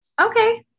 Okay